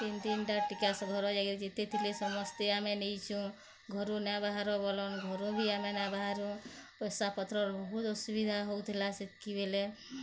ତିନିତିନିଟା ଟୀକା ଘର ଯାକରେ ଯେତେ ଥିଲେ ସମସ୍ତେ ଆମେ ନେଇଛୁ ଘରୁ ନାଇଁ ବାହାର ବୋଲନ୍ ଘରୁ ବି ଆମେ ନାଇଁ ବାହାରୁ ପଇସାପତ୍ରର ବହୁତ ଅସୁବିଧା ହଉଥିଲା ସେତ୍କି ବେଲେ